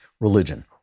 religion